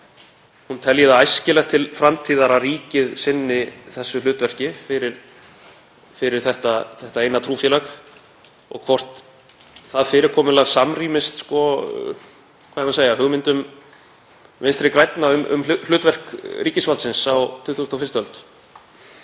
hún telji æskilegt til framtíðar að ríkið sinni þessu hlutverki fyrir þetta eina trúfélag og hvort það fyrirkomulag samrýmist hugmyndum Vinstri grænna um hlutverk ríkisvaldsins á 21. öld.